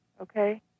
okay